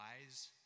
wise